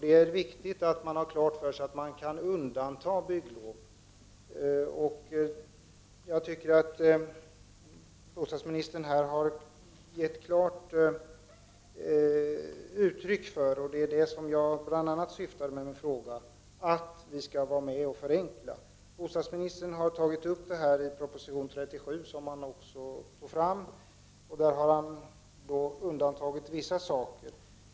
Det är viktigt att man har klart för sig att man kan göra undantag när det gäller bygglov. Jag tycker att bostadsministern klart har gett uttryck för det jag bl.a. syftar till med min fråga, att vi skall vara med och förenkla. Bostadsministern har tagit upp detta i proposition 37, vilken han också nämnde. Där har han undantagit vissa saker.